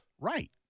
Right